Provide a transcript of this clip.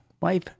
wife